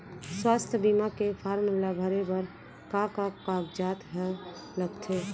स्वास्थ्य बीमा के फॉर्म ल भरे बर का का कागजात ह लगथे?